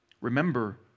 Remember